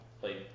played